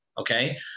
Okay